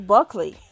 Buckley